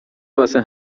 واسه